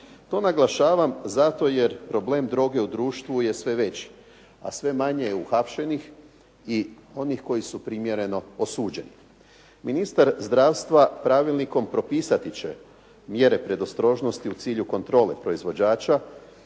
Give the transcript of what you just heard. To naglašavam zato jer problem droge u društvu je sve veći, a sve manje je uhapšenih i onih koji su primjereno osuđeni. Ministar zdravstva pravilnikom propisati će mjere predostrožnosti u cilju kontrole proizvođača,